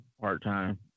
part-time